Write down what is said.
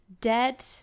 Dead